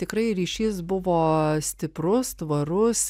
tikrai ryšys buvo stiprus tvarus